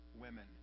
women